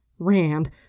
Rand